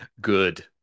Good